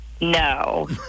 No